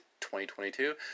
2022